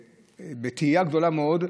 בתהייה גדולה מאוד: